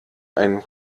ein